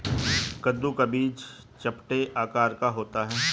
कद्दू का बीज चपटे आकार का होता है